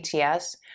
ATS